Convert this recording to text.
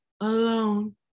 alone